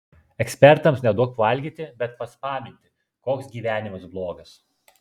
ekspertams neduok valgyti bet paspaminti koks gyvenimas blogas